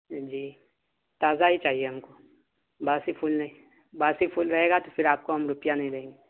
جی تازہ ہی چاہیے ہم کو باسی پھول نہیں باسی پھول رہے گا تو پھر آپ کو ہم روپیہ نہیں دیں گے